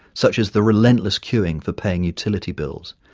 such as the relentless queuing for paying utility bills,